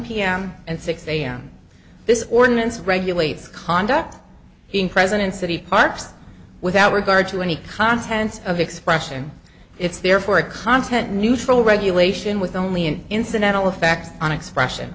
pm and six am this ordinance regulates conduct being present in city parks without regard to any contents of expression it's therefore a content neutral regulation with only an incidental effect on expression